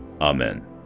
Amen